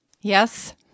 Yes